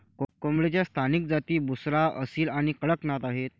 कोंबडीच्या स्थानिक जाती बुसरा, असील आणि कडकनाथ आहेत